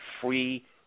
free